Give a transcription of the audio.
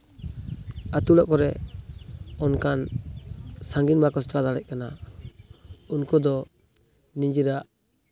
ᱟᱛᱳ ᱚᱲᱟᱜ ᱠᱚᱨᱮ ᱚᱱᱠᱟᱱ ᱥᱟᱺᱜᱤᱧ ᱵᱟᱠᱚ ᱪᱟᱞᱟᱣ ᱫᱟᱲᱮᱭᱟᱜ ᱠᱟᱱᱟ ᱩᱱᱠᱩ ᱫᱚ ᱱᱤᱡᱮᱨᱟᱜ